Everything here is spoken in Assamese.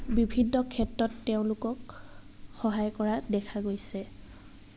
বিভিন্ন ক্ষেত্ৰত তেওঁলোকক সহায় কৰা দেখা গৈছে